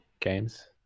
Games